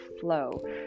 flow